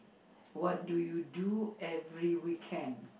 what do you do every weekend